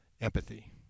empathy